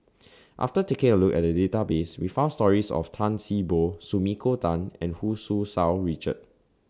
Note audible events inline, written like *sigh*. *noise* after taking A Look At The Database We found stories of Tan See Boo Sumiko Tan and Hu Tsu Tau Richard